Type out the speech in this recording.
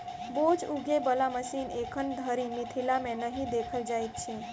बोझ उघै बला मशीन एखन धरि मिथिला मे नहि देखल जाइत अछि